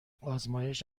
آزمایش